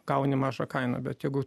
gauni mažą kainą bet jeigu